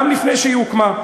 גם לפני שהיא הוקמה.